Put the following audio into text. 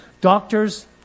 doctors